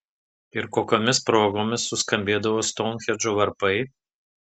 ir kokiomis progomis suskambėdavo stounhendžo varpai